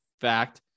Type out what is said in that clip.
fact